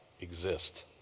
exist